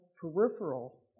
peripheral